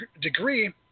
degree